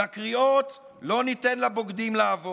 לקריאות "לא ניתן לבוגדים לעבור".